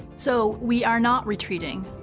so we are not retreating.